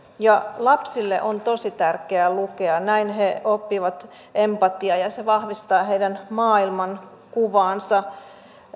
lapsille on tosi tärkeää lukea näin he oppivat empatiaa ja se vahvistaa heidän maailmankuvaansa